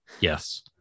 Yes